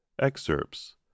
Excerpts